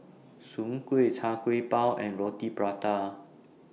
Soon Kueh Char Siew Bao and Roti Prata